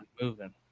moving